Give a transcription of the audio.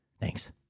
Thanks